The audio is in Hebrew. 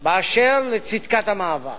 באשר לצדקת המאבק.